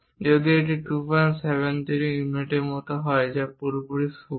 যদি এটি 273 ইউনিটের মতো হয় যা পুরোপুরি সূক্ষ্ম